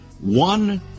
one